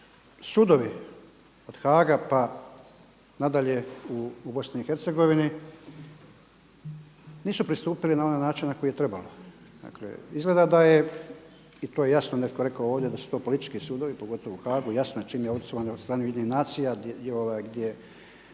sudovi od Haaga pa nadalje u Bosni i Hercegovini nisu pristupili na onaj način na koji je trebalo. Dakle, izgleda da je i to je jasno netko rekao ovdje da su to politički sudovi, pogotovo u Haagu, jasno je čim je osnovan od strane Ujedinjenih nacija gdje